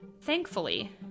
Thankfully